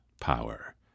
power